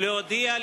להודיע,